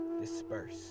Disperse